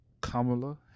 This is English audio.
Kamala